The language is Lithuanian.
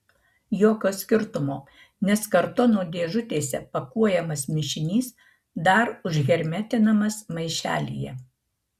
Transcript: jokio skirtumo nes kartono dėžutėse pakuojamas mišinys dar užhermetinamas maišelyje